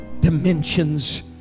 dimensions